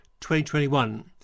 2021